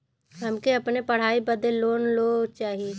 हमके अपने पढ़ाई बदे लोन लो चाही?